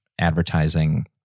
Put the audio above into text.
advertising